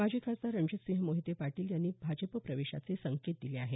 माजी खासदार रणजीतसिंह मोहिते पाटील यांनी भाजप प्रवेशाचे संकेत दिले आहेत